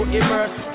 immersed